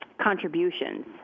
contributions